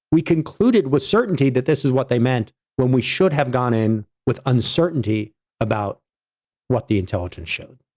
we concluded with certainty that this is what they meant when we should have gone in with uncertainty about what the intelligence showed.